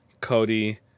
Cody